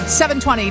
720